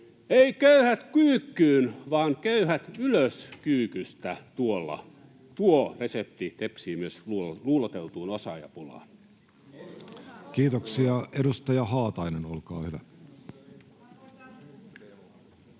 Ei köyhät kyykkyyn vaan köyhät ylös kyykystä tuolla. Tuo resepti tepsii myös luuloteltuun osaajapulaan. Kiitoksia. — Edustaja Haatainen, olkaa hyvä.